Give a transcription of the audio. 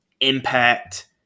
impact